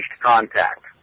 contact